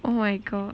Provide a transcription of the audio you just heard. oh my god